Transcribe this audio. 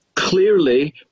Clearly